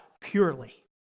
purely